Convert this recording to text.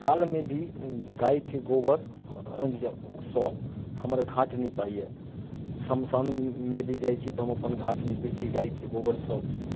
काल मे भी गाय के गोबर सँ हमर घाट निपाइए समसामे भी जाइ छियै तऽ हम अपन घाट निपै छियै गायके गोबरसँ